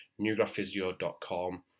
newgraphphysio.com